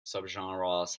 subgenres